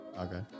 Okay